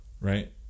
Right